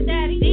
Daddy